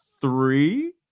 three